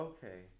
Okay